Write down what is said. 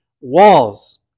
walls